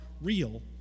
real